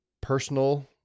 personal